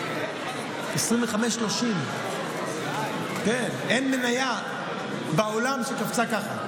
30. אין מניה בעולם שקפצה ככה.